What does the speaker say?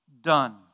done